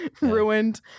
ruined